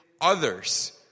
others